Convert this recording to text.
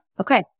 Okay